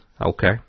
Okay